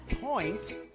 point